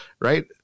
right